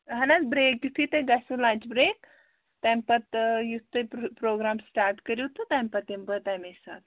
اَہَن حظ برٛیک یُتھُے تۅہہِ گژھوٕ لَنچ برٛیک تَمہِ پَتہٕ یُتھ تُہۍ پرٛوگرام سِٹارٹ کٔرِو تہٕ تَمہِ پَتہٕ یِمہٕ بہٕ تَمے ساتہٕ